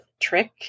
trick